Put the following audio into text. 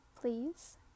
please